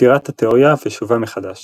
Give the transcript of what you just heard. סתירת התאוריה ושובה מחדש